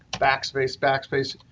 backspace, backspace.